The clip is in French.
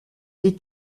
des